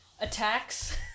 attacks